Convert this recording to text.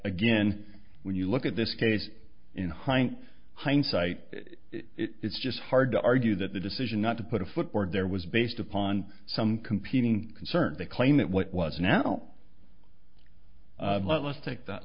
again when you look at this case in hind hindsight it's just hard to argue that the decision not to put a footboard there was based upon some competing concerns the claim that what was now let's take that